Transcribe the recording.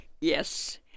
Yes